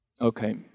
okay